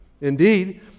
Indeed